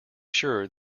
sure